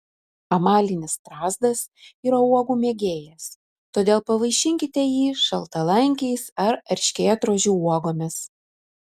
amalinis strazdas yra uogų mėgėjas todėl pavaišinkite jį šaltalankiais ar erškėtrožių uogomis